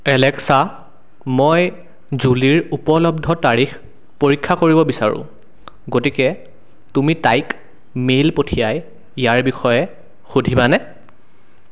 Alexa মই জুলীৰ উপলব্ধ তাৰিখ পৰীক্ষা কৰিব বিচাৰোঁ গতিকে তুমি তাইক মেইল পঠিয়াই ইয়াৰ বিষয়ে সুধিবানে